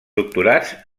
doctorats